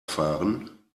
fahren